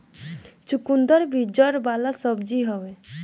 चुकंदर भी जड़ वाला सब्जी हअ